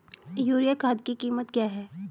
Urea खाद की कीमत क्या है?